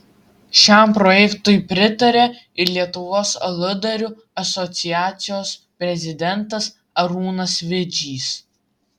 šiam projektui pritaria ir lietuvos aludarių asociacijos prezidentas arūnas vidžys